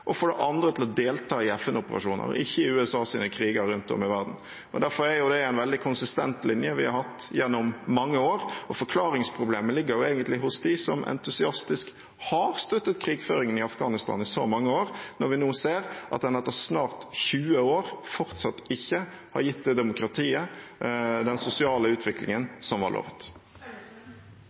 og for det andre til å delta i FN-operasjoner, ikke i USAs kriger rundt om i verden. Derfor er det en veldig konsistent linje vi har hatt gjennom mange år. Forklaringsproblemet ligger egentlig hos dem som entusiastisk har støttet krigføringen i Afghanistan i så mange år, når vi nå ser at den etter snart 20 år fortsatt ikke har gitt det demokratiet og den sosiale utviklingen som var lovet.